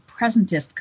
presentist